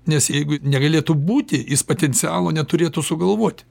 nes jeigu negalėtų būti jis potencialo neturėtų sugalvoti